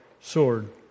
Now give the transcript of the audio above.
sword